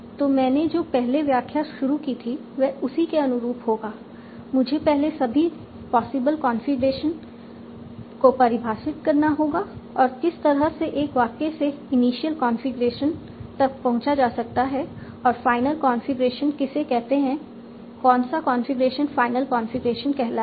तो मैंने जो पहले व्याख्या शुरू की थी यह उसी के अनुरूप होगा मुझे पहले सभी पॉसिबल कॉन्फ़िगरेशन को परिभाषित करना होगा और किस तरह से एक वाक्य से इनिशियल कॉन्फ़िगरेशन तक पहुंचा जा सकता है और फाइनल कॉन्फ़िगरेशन किसे कहते हैं कौन सा कॉन्फ़िगरेशन फाइनल कॉन्फ़िगरेशन कहलाएगा